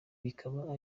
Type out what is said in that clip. bikaba